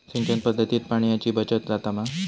सिंचन पध्दतीत पाणयाची बचत जाता मा?